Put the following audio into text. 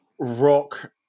rock